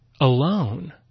alone